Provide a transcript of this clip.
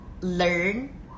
learn